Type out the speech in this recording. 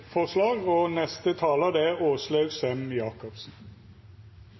forslag og er